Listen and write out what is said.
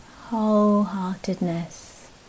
wholeheartedness